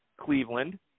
Cleveland